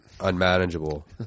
unmanageable